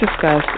discuss